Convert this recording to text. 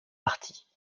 partie